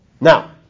Now